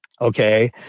Okay